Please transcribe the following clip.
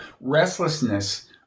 restlessness